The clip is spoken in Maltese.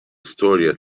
istorja